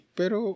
pero